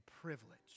privilege